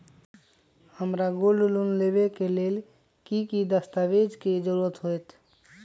हमरा gold loan लेबे के लेल कि कि दस्ताबेज के जरूरत होयेत?